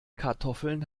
kartoffeln